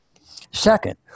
Second